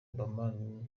obama